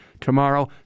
Tomorrow